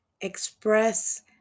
express